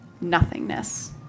nothingness